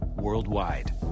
worldwide